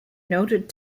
noted